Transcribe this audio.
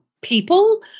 people